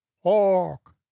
Hawk